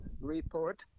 report